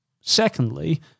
secondly